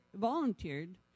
volunteered